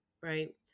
right